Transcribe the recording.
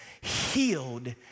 healed